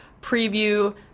preview